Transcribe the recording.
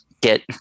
get